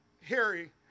Harry